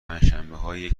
پنجشنبههایی